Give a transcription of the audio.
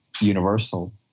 universal